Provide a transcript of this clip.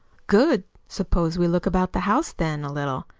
good! suppose we look about the house, then, a little,